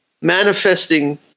manifesting